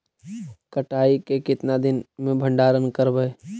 कटाई के कितना दिन मे भंडारन करबय?